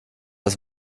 das